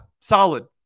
solid